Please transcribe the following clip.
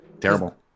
Terrible